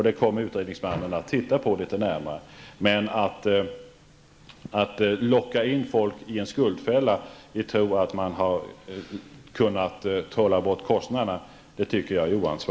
Det kommer utredningsmannen att titta litet närmare på. Jag tycker att det är oansvarigt att locka in människor i en skuldfälla i tro att man har kunnat trolla bort kostnaderna.